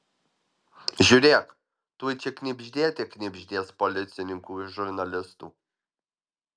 žiūrėk tuoj čia knibždėte knibždės policininkų ir žurnalistų